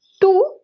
two